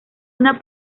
una